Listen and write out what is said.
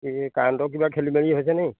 এই কাৰেণ্টৰ কিবা খেলি মেলি হৈছেনি